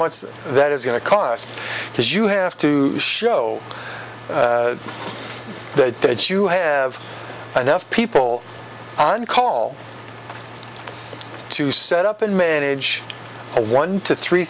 much that is going to cost because you have to show that that you have enough people on call to set up and manage a one to three